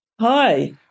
Hi